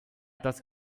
das